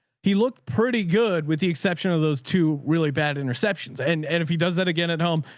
he looked pretty good with the exception of those two really bad interceptions. and and if he does that again at home,